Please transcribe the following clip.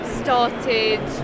started